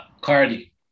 Cardi